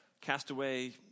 castaway